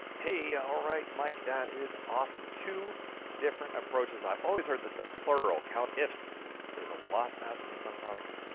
hey, alright, mike, that is awesome. two different approaches. i've always heard that the plural countifs is a lot faster than sumproduct,